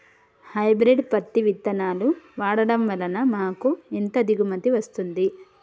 Hybrid పత్తి విత్తనాలు వాడడం వలన మాకు ఎంత దిగుమతి వస్తుంది?